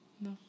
No